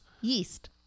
Yeast